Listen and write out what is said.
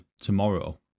tomorrow